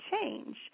change